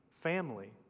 family